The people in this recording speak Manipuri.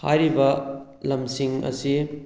ꯍꯥꯏꯔꯤꯕ ꯂꯝꯁꯤꯡ ꯑꯁꯤ